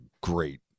great